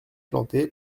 planté